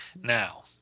Now